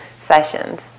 sessions